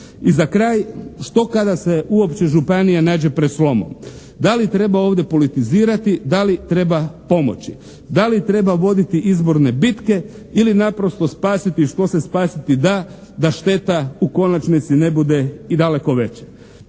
I za kraj, što kada se uopće županija nađe pred slomom. Da li treba ovdje politizirati, da li treba pomoći? Da li treba voditi izborne bitke ili naprosto spasiti što se spasiti da da šteta u konačnici ne bude i daleko veća.